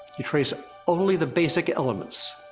you trace only the basic elements.